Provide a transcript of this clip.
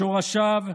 את שורשיו,